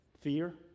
Fear